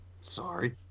Sorry